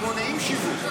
הם מונעים שיווק.